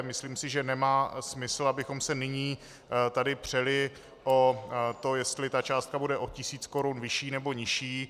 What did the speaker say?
Myslím si, že nemá smysl, abychom se tady nyní přeli o to, jestli ta částka bude o tisíc korun vyšší, nebo nižší.